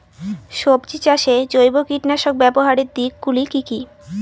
সবজি চাষে জৈব কীটনাশক ব্যাবহারের দিক গুলি কি কী?